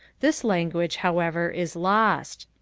this language however is lost.